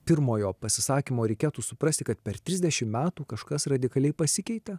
pirmojo pasisakymo reikėtų suprasti kad per trisdešimt metų kažkas radikaliai pasikeitė